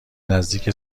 نزدیک